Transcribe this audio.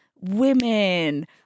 Women